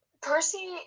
percy